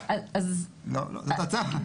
לא --- זאת ההצעה.